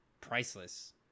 priceless